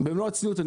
במלוא הצניעות,